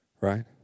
right